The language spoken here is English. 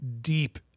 deep